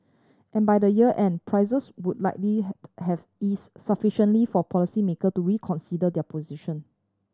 and by the year end prices would likely had have eased sufficiently for policymaker to reconsider their position